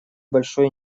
большой